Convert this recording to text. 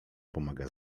pomaga